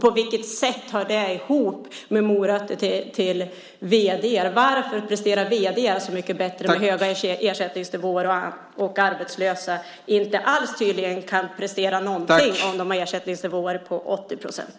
På vilket sätt hör det ihop med morötter till vd:ar? Varför presterar vd:ar så mycket bättre och ska ha höga ersättningsnivåer, medan arbetslösa tydligen inte alls kan prestera någonting om de har ersättningsnivåer på 80 %?